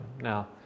Now